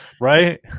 right